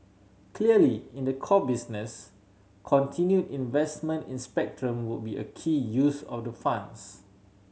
clearly in the core business continue investment in spectrum would be a key use of the funds